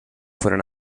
fueron